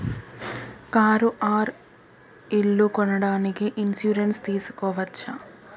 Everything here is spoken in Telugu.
కారు ఆర్ ఇల్లు కొనడానికి ఇన్సూరెన్స్ తీస్కోవచ్చా?